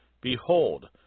Behold